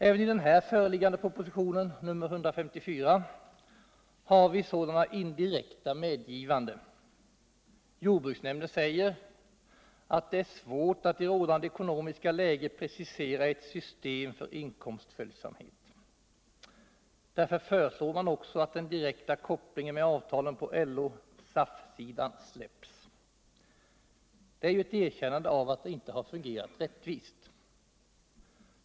Också i propositionen 154 finns sådana indirekta medgivanden. Jordbruksnämnden säger att det är svårt att i det rådande ekonomiska läget precisera ett system för inkomstföljsamhet. Därför föreslår man att den direkta kopplingen med avtalen på LO-SAF-sidan släpps. Man erkänner alltså att don imte fungerat rättvist.